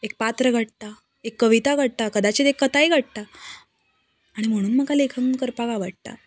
एक पात्र घडता एक कविता घडटा कदाचीत एक कथाय घडटा आनी म्हुणून म्हाका लेखन करपाक आवाडटा